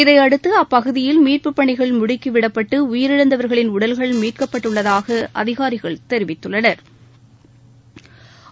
இதையடுத்து அப்பகுதியில் மீட்புப் பணிகள் முடுக்கிவிடப்பட்டு உயிரிழந்தவர்களின் உடல்கள் மீட்கப்பட்டுள்ளதாக அதிகாரிகள் தெரிவித்துள்ளனா்